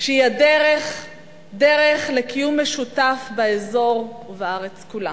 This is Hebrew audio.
שהיא הדרך לקיום משותף באזור ובארץ כולה.